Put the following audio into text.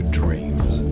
dreams